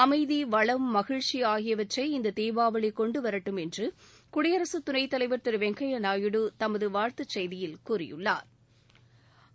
அமைதி வளம் மகிழ்ச்சி ஆகியவற்றை இந்த தீபாவளி கொண்டுவரட்டும் என்று குடியரசுத் துணைத்தலைவா் திரு வெங்கையா நாயுடு தமது வாழ்த்து செய்தியில் கூறியுள்ளாா்